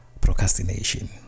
procrastination